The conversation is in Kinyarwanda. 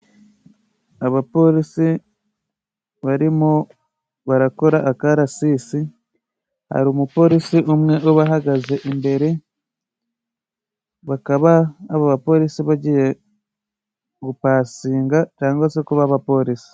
Abapolisi barimo barakora akarasisi. Hari umupolisi umwe ubahagaze imbere. Bakaba abo bapolisi bagiye gupasinga cyangwa se kuba abapolisi.